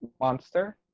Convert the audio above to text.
Monster